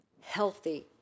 healthy